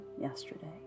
yesterday